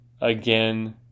again